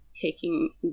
taking